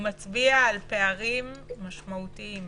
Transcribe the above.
הוא מצביע על פערים משמעותיים